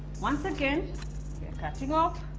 once again cutting off